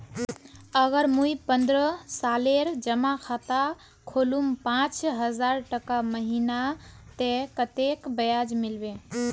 अगर मुई पन्द्रोह सालेर जमा खाता खोलूम पाँच हजारटका महीना ते कतेक ब्याज मिलबे?